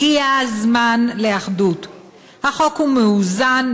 הגיע הזמן לאחדות"; "החוק הוא מאוזן,